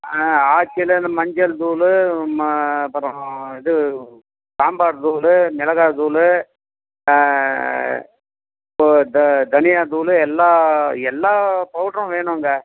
ஆச்சியில் இந்த மஞ்சள்தூள் ம அப்புறம் இதுவும் சாம்பார் தூள் மெளகாத்தூள் தோ த தனியாத்தூள் எல்லா எல்லா பவுட்ரும் வேணுங்க